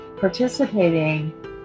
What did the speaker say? participating